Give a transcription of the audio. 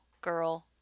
girl